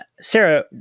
Sarah